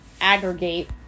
Aggregate